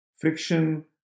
friction